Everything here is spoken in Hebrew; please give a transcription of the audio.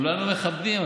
כולנו מכבדים,